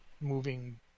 moving